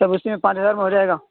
سب اس میں پانچ ہزار میں ہو جائے گا